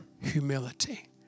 humility